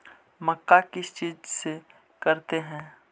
मक्का किस चीज से करते हैं?